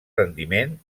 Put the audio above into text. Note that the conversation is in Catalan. rendiment